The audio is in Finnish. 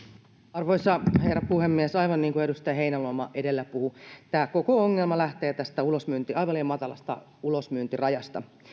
arvoisa herra puhemies aivan niin kuin edustaja heinäluoma edellä puhui koko ongelma lähtee tästä aivan liian matalasta ulosmyyntirajasta